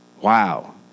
Wow